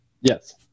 Yes